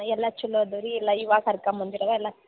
ಎಲ್ಲ ಛಲೋ ಅದಾವೆ ರೀ ಎಲ್ಲ ಇವಾಗ ಹರ್ಕಂಬಂದಿರೋದು ಎಲ್ಲ